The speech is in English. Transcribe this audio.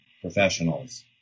professionals